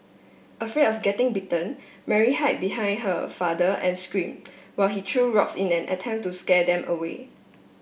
afraid of getting bitten Mary hide behind her father and scream while he threw rocks in an attempt to scare them away